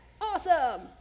awesome